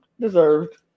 deserved